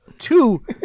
two